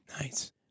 Nice